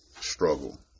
struggle